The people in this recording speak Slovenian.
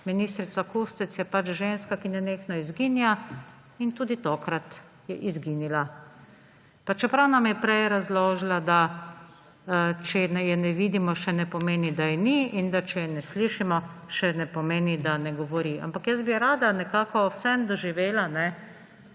Ministrica Kustec je pač ženska, ki nenehno izginja in tudi tokrat je izginila, pa čeprav nam je prej razložila, da če je ne vidimo, še ne pomeni, da je ni, in da če je ne slišimo, še ne pomeni, da ne govori. Ampak jaz bi rada nekako vseeno doživela